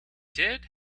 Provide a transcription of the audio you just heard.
did